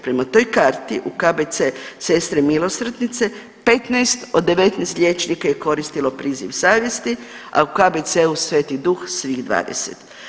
Prema toj karti u KBC Sestre milosrdnice 15 od 19 liječnika je koristilo priziv savjesti, a u KBC-u Sveti Duh svih 20.